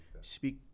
speak